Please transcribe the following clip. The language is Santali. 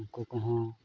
ᱩᱱᱠᱩ ᱠᱚᱦᱚᱸ